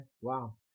wow